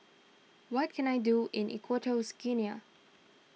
what can I do in Equatorial Guinea